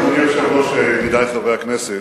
אדוני היושב-ראש, ידידי חברי הכנסת,